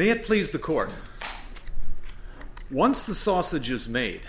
have please the court once the sausage is made